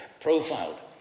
profiled